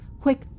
Quick